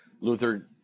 Luther